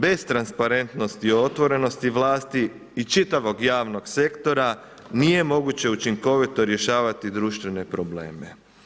Bez transparentnosti i otvorenosti vlasti i čitavog javnog sektora nije moguće učinkovito rješavati društvene probleme.